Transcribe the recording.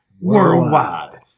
worldwide